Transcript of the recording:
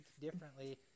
differently